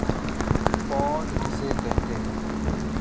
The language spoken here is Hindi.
पौध किसे कहते हैं?